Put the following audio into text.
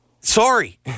sorry